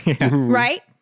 Right